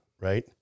right